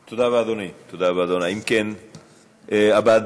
אדם שקיבל שבץ מוחי בקריית שמונה או בעין